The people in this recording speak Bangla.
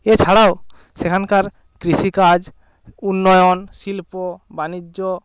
এছাড়াও সেখানকার কৃষিকাজ উন্নয়ন শিল্প বাণিজ্য